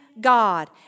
God